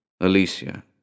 Alicia